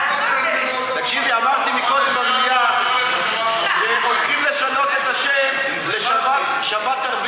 אמרתי פעם במליאה שהולכים לשנות את השם ל"שבתרביטן".